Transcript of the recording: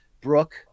Brooke